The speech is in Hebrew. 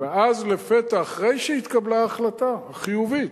ואז לפתע, אחרי שהתקבלה החלטה חיובית,